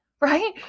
right